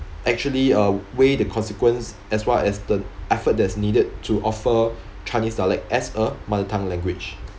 actually uh weigh the consequence as well as the effort that's needed to offer chinese dialect as a mother tongue language